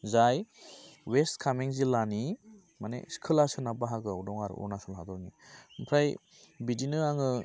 जाय वेस्ट कामें जिल्लानि माने खोला सोनाब बाहागोआव दं आरो अरुणाचल हादरनि फ्राय बिदिनो आङो